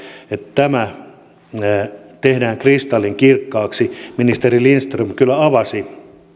tämä tehtäisiin kristallinkirkkaaksi ministeri lindström kyllä avasi